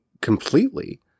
completely